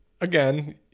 again